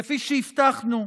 כפי שהבטחנו,